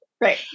Right